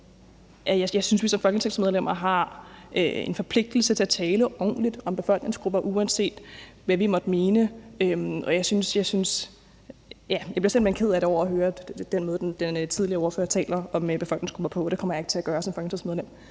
jeg synes, vi som folketingsmedlemmer har en forpligtelse til at tale ordentligt om befolkningsgrupper, uanset hvad vi måtte mene, og at jeg simpelt hen bliver ked af at høre den måde, den tidligere ordfører taler om befolkningsgrupper på. Det kommer jeg aldrig nogen sinde til at gøre som folketingsmedlem,